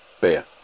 beer